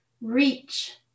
Reach